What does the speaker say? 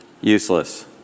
useless